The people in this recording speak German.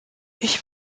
ich